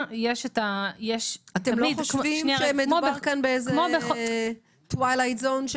אתם לא חושבים שמדובר כאן באיזה Twilight zone,